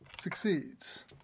succeeds